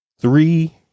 three